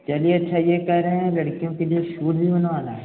चलिए अच्छा ये कह रहे हैं लड़कियों के लिए शूज़ भी बनवाना है